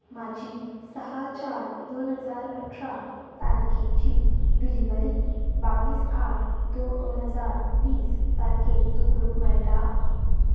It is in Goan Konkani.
म्हाजी स चार दोन हजार अठरा तारखेची डिलिव्हरी बावीस आठ दोन हजार वीस तारखेक धुकलूक मेळटा